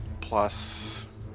plus